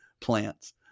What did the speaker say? plants